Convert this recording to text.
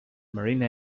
marine